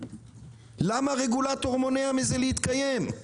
למה הרגולטור מונע מזה להתקיים?